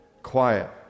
Quiet